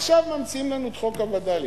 עכשיו ממציאים לנו את חוק הווד"לים,